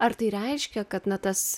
ar tai reiškia kad na tas